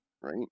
right